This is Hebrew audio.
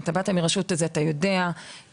אתה בוודאי יודע את זה.